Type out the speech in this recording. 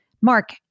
Mark